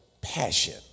passion